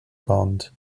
bond